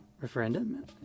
referendum